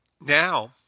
Now